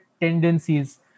tendencies